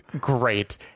great